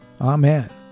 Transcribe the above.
Amen